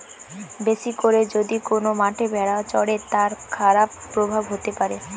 বেশি করে যদি কোন মাঠে ভেড়া চরে, তার খারাপ প্রভাব হতে পারে